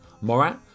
Morat